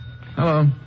Hello